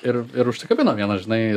ir ir užsikabino viena žinai